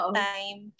time